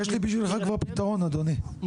יש לי בשבילך פתרון אדוני,